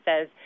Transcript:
says